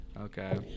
Okay